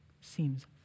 seems